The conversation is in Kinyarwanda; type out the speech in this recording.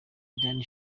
danny